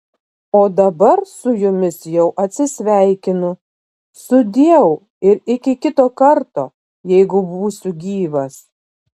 o dabar su jumis jau atsisveikinu sudieu ir iki kito karto jeigu būsiu gyvas